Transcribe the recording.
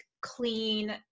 clean